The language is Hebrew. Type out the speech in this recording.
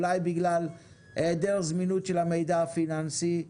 אולי בגלל היעדר זמינות של המידע הפיננסי.